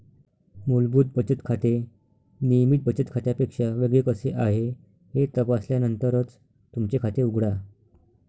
मूलभूत बचत खाते नियमित बचत खात्यापेक्षा वेगळे कसे आहे हे तपासल्यानंतरच तुमचे खाते उघडा